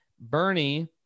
Bernie